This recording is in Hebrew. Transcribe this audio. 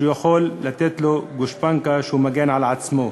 שיכולה לתת לו גושפנקה שהוא מגן על עצמו.